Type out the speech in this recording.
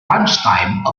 lunchtime